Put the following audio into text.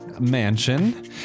mansion